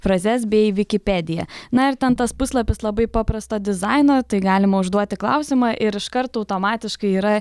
frazes bei vikipediją na ir ten tas puslapis labai paprasto dizaino tai galima užduoti klausimą ir iškart automatiškai yra